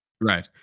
Right